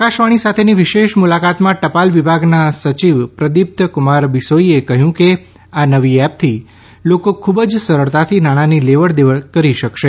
આકાશવાણી સાથેની વિશેષ મુલાકાતમાં ટપાલ વિભાગના સચિવ પ્રદીપ્ત કુમાર બિશોઇએ કહ્યું કે આ નવી એપથી લોકો ખૂબ જ સરળતાથી નાણાંની લેવડ દેવડ કરી શકશે